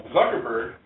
Zuckerberg